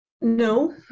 No